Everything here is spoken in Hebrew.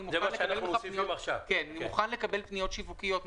אני מוכן לקבל פניות שיווקיות ממך.